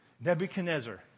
Nebuchadnezzar